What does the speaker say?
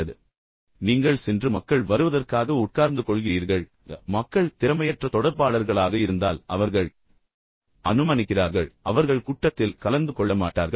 எனவே நீங்கள் சென்று மக்கள் வருவதற்காக உட்கார்ந்து கொள்கிறீர்கள் மக்கள் மீண்டும் திறமையற்ற தொடர்பாளர்களாக இருந்தால் அவர்கள் அனுமானிக்கிறார்கள் பின்னர் அவர்கள் கூட்டத்தில் கலந்து கொள்ள மாட்டார்கள்